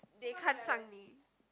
they 看上你